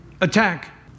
attack